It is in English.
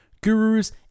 gurus